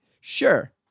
sure